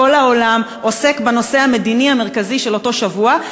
כל העולם עוסק בנושא המדיני המרכזי של אותו שבוע,